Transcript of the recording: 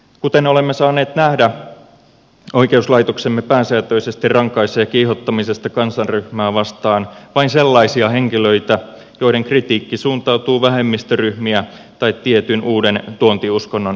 kuten olemme saaneet nähdä oikeuslaitoksemme pääsääntöisesti rankaisee kiihottamisesta kansanryhmää vastaan vain sellaisia henkilöitä joiden kritiikki suuntautuu vähemmistöryhmiä tai tietyn uuden tuontiuskonnon edustajia vastaan